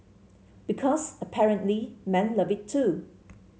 because apparently men love it too